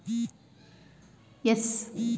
ಭಾರತ ಮಸಾಲೆ ಪದಾರ್ಥಗಳನ್ನು ಬೇರೆ ದೇಶಕ್ಕೆ ರಫ್ತು ಮಾಡತ್ತರೆ